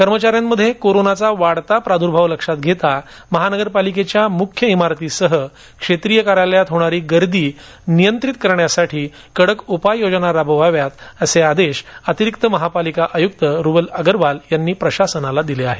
कर्मचाऱ्यांमध्ये कोरोनाचा वाढता प्रादुर्भाव लक्षात घेता महापालिकेच्या मुख्य इमारतीसह क्षेत्रीय कार्यालयात होणारी गर्दी नियंत्रित करण्यासाठी कडक उपाययोजना राबवाव्यात असे आदेश अतिरिक्त महापालिका आयुक्त रुबल अग्रवाल यांनी प्रशासनाला दिले आहेत